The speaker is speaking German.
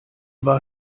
war